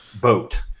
boat